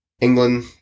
England